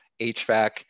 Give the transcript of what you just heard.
HVAC